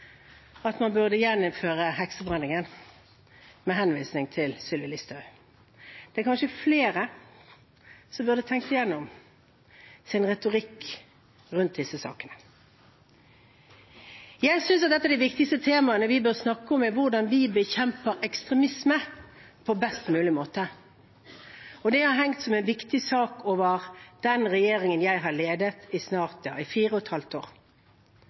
at man burde gjeninnføre heksebrenningen, med henvisning til Sylvi Listhaug. Det er kanskje flere som burde tenkt igjennom sin retorikk rundt disse sakene. Jeg synes at et av de viktigste temaene vi bør snakke om, er hvordan vi bekjemper ekstremisme på best mulig måte. Det har hengt som en viktig sak over den regjeringen jeg har ledet i fire og et halvt år.